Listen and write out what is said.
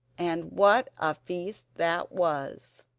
and what a feast that was!